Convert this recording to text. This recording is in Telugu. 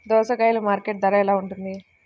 దోసకాయలు మార్కెట్ ధర ఎలా ఉంటుంది?